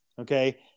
Okay